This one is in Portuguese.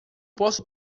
posso